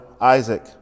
Isaac